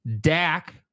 Dak